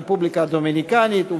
הרפובליקה הדומיניקנית ובוליביה,